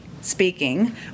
speaking